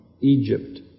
Egypt